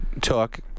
took